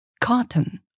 Cotton